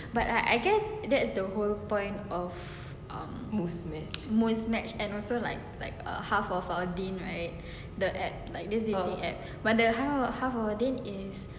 but I I guess that's the whole point of um Muzmatch and also like like half our deen right the app this dating apps but the half of our deen is